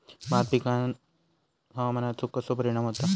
भात पिकांर हवामानाचो कसो परिणाम होता?